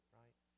right